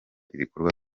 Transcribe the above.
ibikorwa